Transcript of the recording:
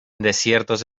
desiertos